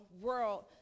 world